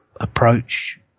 Approach